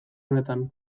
honetan